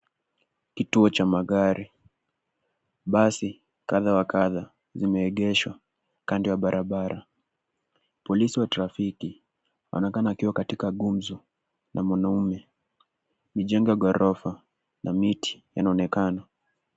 Kituo cha magari, basi kadha wa kadha zimeegeshwa kando ya barabara. Polisi wa trafiki anaonekana wakiwa katika gumzo na mwanaume. Mijengo ya ghorofa na miti inaonekana.